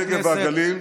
הנגב והגליל,